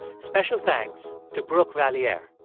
special thanks to brooke valliere